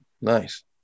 Nice